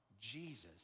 Jesus